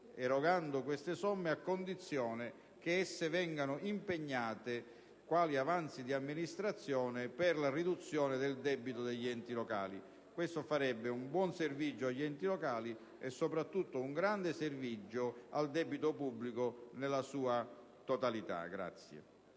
erogare queste somme a condizione che vengano impegnate quali avanzi di amministrazione per la riduzione del debito degli enti locali. Tutto questo farebbe un buon servigio agli enti locali e soprattutto un grande servigio al debito pubblico nella sua totalità.